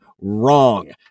Wrong